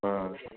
ஆ